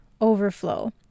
overflow